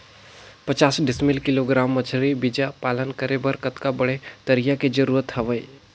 पचास किलोग्राम मछरी बीजा पालन करे बर कतका बड़े तरिया के जरूरत हवय?